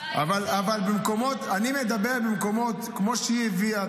אבל אני מדבר על מקומות כמו שהיא הביאה,